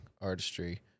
artistry